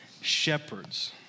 shepherds